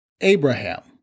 Abraham